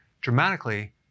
dramatically